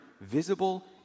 visible